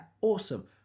Awesome